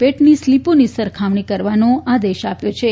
પેટની સ્લીપોની સરખામણી કરવાનો આદેશ આપ્યો છે